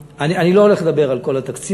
אני לא הולך לדבר על כל התקציב,